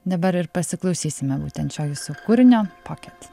dabar ir pasiklausysime būtent šio jūsų kūrinio poket